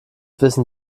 wissen